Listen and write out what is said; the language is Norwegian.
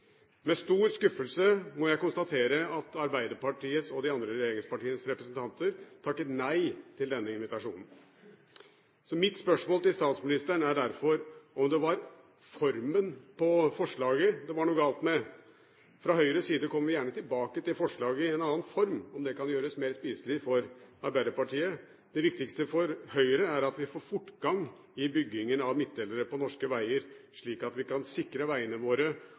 Med stor skuffelse må jeg konstatere at Arbeiderpartiets og de andre regjeringspartienes representanter takket nei til denne invitasjonen. Mitt spørsmål til statsministeren er derfor om det var formen på forslaget det var noe galt med. Fra Høyres side kommer vi gjerne tilbake til forslaget i en annen form, om det kan gjøres mer spiselig for Arbeiderpartiet. Det viktigste for Høyre er at vi får fortgang i byggingen av midtdelere på norske veger, slik at vi kan sikre vegene våre